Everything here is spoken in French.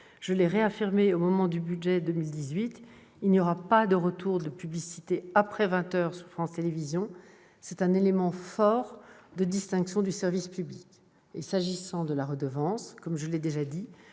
je l'ai réaffirmé lors de l'examen du budget pour 2018, il n'y aura pas de retour de la publicité après 20 heures sur France Télévisions. C'est un élément fort de distinction du service public. S'agissant de la redevance, comme je l'ai déjà dit,